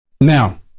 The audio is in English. Now